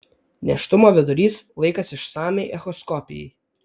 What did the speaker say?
nėštumo vidurys laikas išsamiai echoskopijai